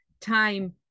time